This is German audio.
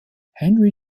henry